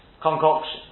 concoction